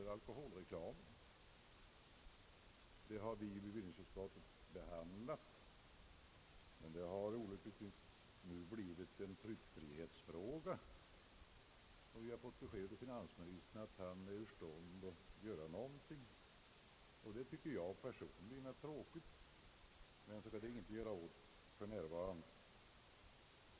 Frågan om alkoholreklam har vi behandlat i bevillningsutskottet, men den har nu olyckligtvis blivit ett tryckfrihetsproblem, och vi har fått besked av finansministern att han är ur stånd att göra någonting, vilket jag personligen tycker är tråkigt.